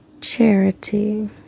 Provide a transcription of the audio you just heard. charity